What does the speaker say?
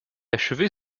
achevé